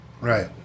Right